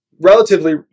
Relatively